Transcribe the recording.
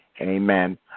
Amen